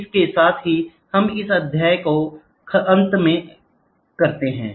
इसके साथ ही हम इस अध्याय के अंत में आते हैं